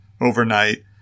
overnight